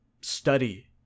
study